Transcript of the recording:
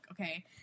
okay